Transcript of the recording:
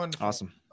awesome